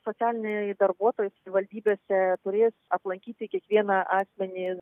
socialiniai darbuotojai savivaldybėse turės aplankyti kiekvieną asmenį